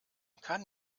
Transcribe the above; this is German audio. kann